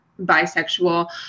bisexual